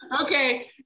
Okay